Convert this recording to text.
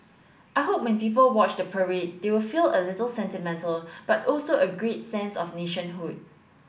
I hope when people watch the parade they will feel a little sentimental but also a great sense of nationhood